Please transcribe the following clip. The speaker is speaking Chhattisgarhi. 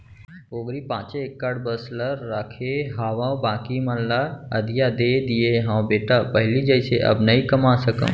पोगरी पॉंचे एकड़ बस रखे हावव बाकी मन ल अधिया दे दिये हँव बेटा पहिली जइसे अब नइ कमा सकव